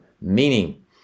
meaning